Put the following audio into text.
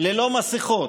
ללא מסכות,